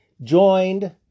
joined